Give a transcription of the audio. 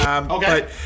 Okay